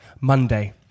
Monday